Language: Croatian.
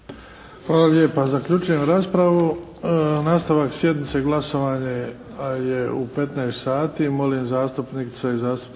Hvala lijepa. Zaključujem raspravu. Nastavak sjednice. Glasovanje je u 15 sati. Molim zastupnike i zastupnice